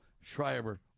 Schreiber